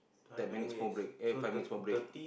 ten minutes smoke break eh five minutes smoke break